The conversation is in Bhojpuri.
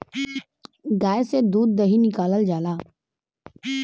गाय से दूध दही निकालल जाला